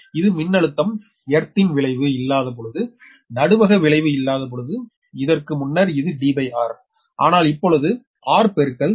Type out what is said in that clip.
இது மின்னழுத்தம் எர்த் இன் விளைவு இல்லாத பொழுது நடுவக விளைவு இல்லாத பொழுது இதற்க்கு முன்னர் இது Dr ஆனால் இப்பொழுது r பெருக்கல் 1 D24h212